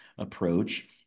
approach